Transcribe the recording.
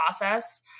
process